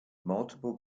multiple